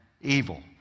evil